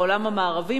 בעולם המערבי,